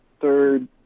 third